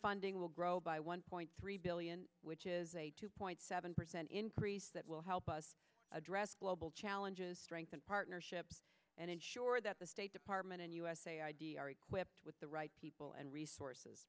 funding will grow by one point three billion which is a two point seven percent increase that will help us address global challenges strengthen partnerships and ensure that the state department and usa id are equipped with the right people and resources